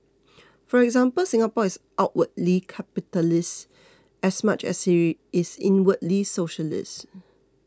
for example Singapore is outwardly capitalist as much as she is inwardly socialist